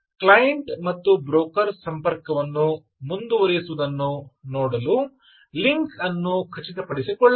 client ಮತ್ತು broker ಸಂಪರ್ಕವನ್ನು ಮುಂದುವರಿಸುವುದನ್ನು ನೋಡಲು ಲಿಂಕ್ ಅನ್ನು ಖಚಿತಪಡಿಸಿಕೊಳ್ಳಬೇಕು